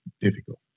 difficult